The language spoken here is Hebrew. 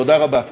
תודה רבה.